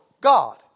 God